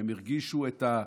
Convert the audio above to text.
הם הרגישו מה